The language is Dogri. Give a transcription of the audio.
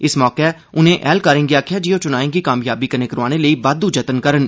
इस मौके उनें ऐह्लकारें गी आखेआ जे ओह् चुनाएं गी कामयाबी कन्नै करोआने लेई बाद्धू कोशशां करन